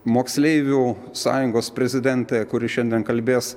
moksleivių sąjungos prezidentė kuri šiandien kalbės